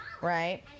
right